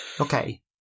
okay